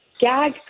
gag